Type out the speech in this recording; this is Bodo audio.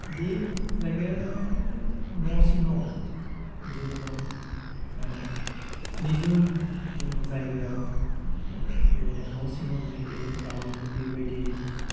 बे जायगाया जाबाय न' सिङाव जोङो निजोम जों जायगायाव बे न' सिङाव जिहेतु रावनिबो बेबायदि